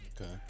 Okay